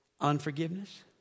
unforgiveness